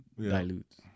dilutes